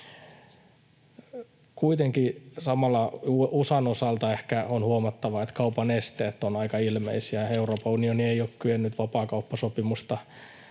Kuitenkin samalla USAn osalta ehkä on huomattava, että kaupan esteet ovat aika ilmeisiä. Euroopan unioni ei ole kyennyt vapaakauppasopimusta